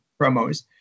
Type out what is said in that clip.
promos